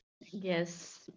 yes